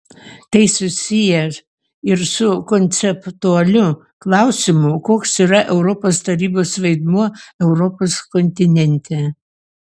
tai susiję ir su konceptualiu klausimu koks yra europos tarybos vaidmuo europos kontinente